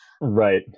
Right